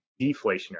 deflationary